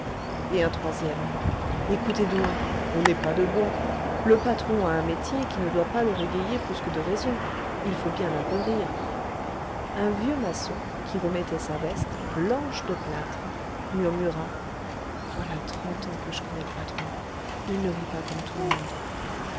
et un troisième ecoutez donc on n'est pas de bois le patron a un métier qui ne doit pas le régayer plus que de raison il faut bien un peu rire un vieux maçon qui remettait sa veste blanche de plâtre murmura voilà trente ans que je connais le patron il ne rit pas comme tout le monde